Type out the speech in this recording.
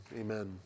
Amen